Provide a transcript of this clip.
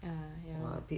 ya ya lor